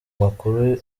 makuru